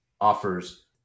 offers